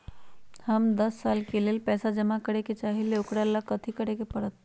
हम दस साल के लेल पैसा जमा करे के चाहईले, ओकरा ला कथि करे के परत?